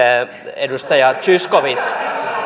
edustaja zyskowicz